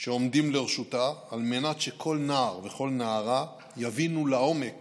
שעומדים לרשותה על מנת שכל נער וכל נערה יבינו לעומק